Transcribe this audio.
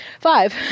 five